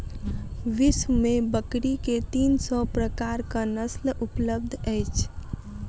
विश्व में बकरी के तीन सौ प्रकारक नस्ल उपलब्ध अछि